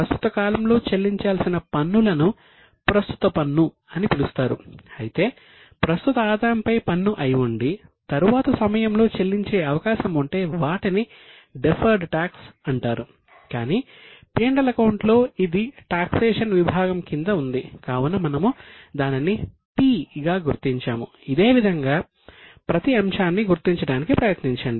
కావున మనము దానిని 'T' గా గుర్తించాము ఇదేవిధంగా ప్రతి అంశాన్ని గుర్తించడానికి ప్రయత్నించండి